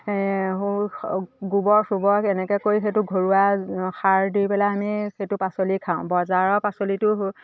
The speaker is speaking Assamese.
গোবৰ চোবৰ এনেকৈ কৰি সেইটো ঘৰুৱা সাৰ দি পেলাই আমি সেইটো পাচলি খাওঁ বজাৰৰ পাচলিতো